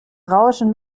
rauschen